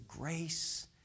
grace